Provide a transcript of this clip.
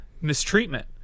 mistreatment